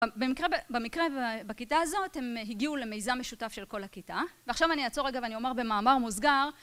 במקרה, במקרה בכיתה הזאת הם הגיעו למיזם משותף של כל הכיתה ועכשיו אני אעצור רגע ואני אומר במאמר מוסגר